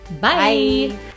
Bye